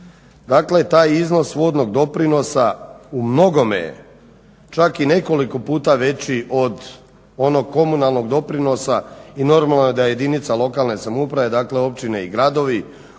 Dakle, taj iznos vodnog doprinosa u mnogome je čak i nekoliko puta veći od onog komunalnog doprinosa i normalno da jedinica lokalne samouprave, dakle općine i gradovi,